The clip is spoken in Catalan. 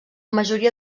majoria